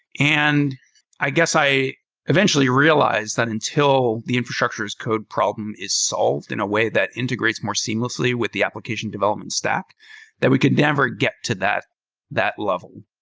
and i guess i eventually realized that until the infrastructure as code problem is solved in a way that integrates more seamlessly with the application development stack that we could never get to that that level.